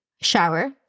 shower